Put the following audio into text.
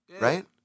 right